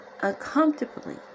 uncomfortably